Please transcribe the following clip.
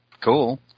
cool